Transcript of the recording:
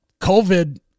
COVID